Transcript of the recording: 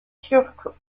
turques